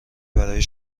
برای